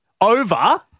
over